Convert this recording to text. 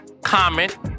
comment